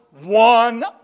one